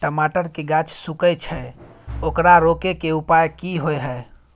टमाटर के गाछ सूखे छै ओकरा रोके के उपाय कि होय है?